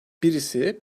birisi